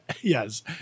Yes